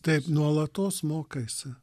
taip nuolatos mokaisi